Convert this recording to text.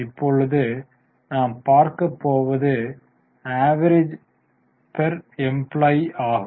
இப்பொழுது நாம் பார்க்க போவது ஆவெரேஜ் வேஜ்ஸ் பெர் எம்பிளாய் ஆகும்